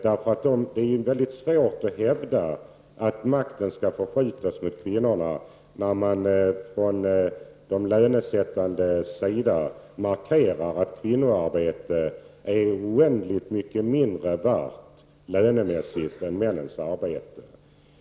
Det är svårt att hävda att makten skall förskjutas i riktning mot kvinnorna när man från de lönesättandes sida markerar att kvinnoarbete är oändligt mycket mindre värt lönemässigt än männens arbete.